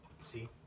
See